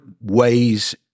ways